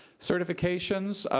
certifications.